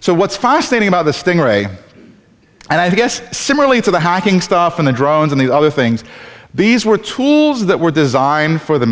so what's fascinating about the sting ray and i guess similarly to the hacking stuff in the drones and the other things these were tools that were designed for the